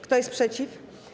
Kto jest przeciw?